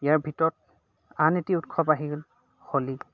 ইয়াৰ ভিতৰত আন এটি উৎসৱ আহি গ'ল হলী